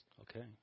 Okay